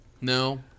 No